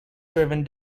driven